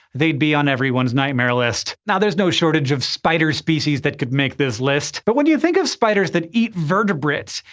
they'd be on everyone's nightmare list. now, there's no shortage of spider species that could make this list. but when you think of spiders that eat vertebrates,